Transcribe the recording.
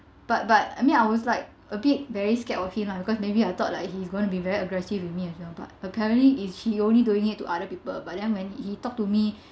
but but I mean I was like a bit very scared of him lah because maybe I thought like he was going to be very aggressive with me as well but apparently he only did it to other people but then when he talked to me